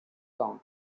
song